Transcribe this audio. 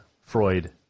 Freud